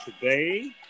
Today